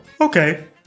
okay